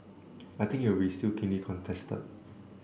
I think will still be keenly contested